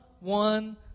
one